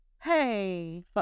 Hey